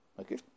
Okay